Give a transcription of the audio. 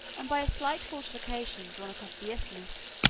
and by a slight fortification drawn across the isthmus,